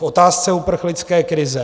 V otázce uprchlické krize.